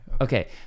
Okay